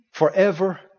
Forever